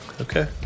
Okay